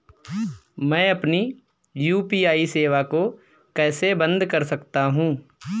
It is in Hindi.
मैं अपनी यू.पी.आई सेवा को कैसे बंद कर सकता हूँ?